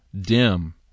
dim